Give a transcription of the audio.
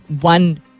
one